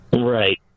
Right